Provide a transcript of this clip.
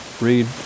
read